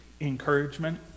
encouragement